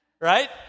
right